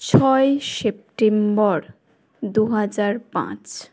ছয়ই সেপ্টেম্বর দু হাজার পাঁচ